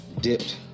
Dipped